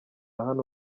hano